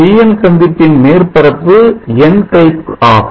PN PN சந்திப்பின் மேற்பரப்பு N type ஆகும்